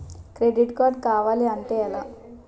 Credit card కావాలి అంటే ఎలా?